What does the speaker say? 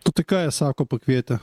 o tai ką jie sako pakvietę